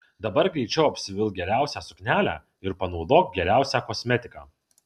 dabar greičiau apsivilk geriausią suknelę ir panaudok geriausią kosmetiką